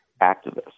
activists